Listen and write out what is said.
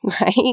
right